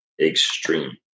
extreme